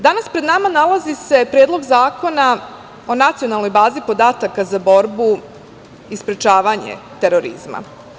Danas pred nama nalazi se Predlog zakona o nacionalnoj bazi podataka za borbu i sprečavanje terorizma.